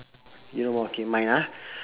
you no more K mine ah